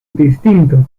distinto